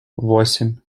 восемь